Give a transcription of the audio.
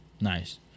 Nice